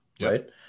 right